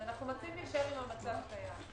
אנחנו מציעים להישאר במצב הקיים.